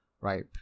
right